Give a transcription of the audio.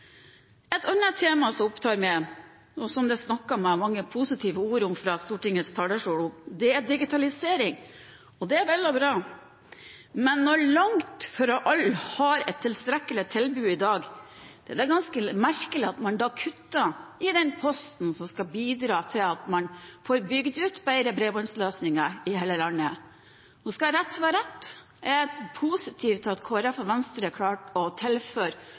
Et annet tema som opptar meg, og som det er snakket om med mange positive ord fra Stortingets talerstol, er digitalisering. Det er vel og bra, men når langt fra alle har et tilstrekkelig tilbud i dag, er det ganske merkelig at man kutter i den posten som skal bidra til at man får bygd ut bedre bredbåndsløsninger i hele landet. Nå skal rett være rett – jeg er positiv til at Kristelig Folkeparti og Venstre klarte å tilføre